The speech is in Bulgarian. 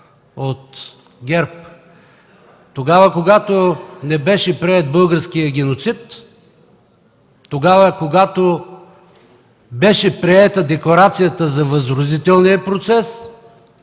от ГЕРБ – тогава, когато не беше приет българският геноцид, когато беше приета декларацията за Възродителния процес